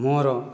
ମୋର